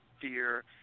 fear